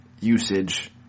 usage